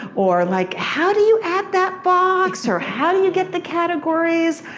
or, like, how do you add that box, or how do you get the categories.